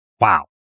Wow